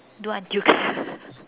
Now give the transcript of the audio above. do until